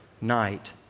night